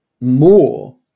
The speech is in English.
more